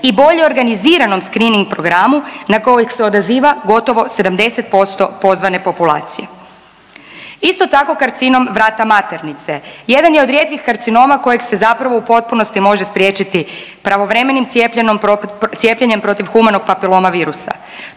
i bolje organiziranom screening programu na kojeg se odaziva gotovo 70% pozvane populacije. Isto tako karcinom vrata maternice, jedan je od rijetkih karcinoma kojeg se zapravo u potpunosti može spriječiti pravovremenim cijepljenom, cijepljenjem protiv Human papillomavirusa.